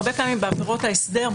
הרבה פעמים בעבירות ההסדר,